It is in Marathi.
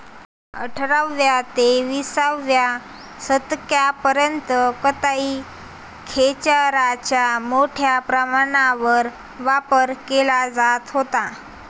अठराव्या ते विसाव्या शतकापर्यंत कताई खेचराचा मोठ्या प्रमाणावर वापर केला जात होता